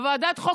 בוועדת חוק,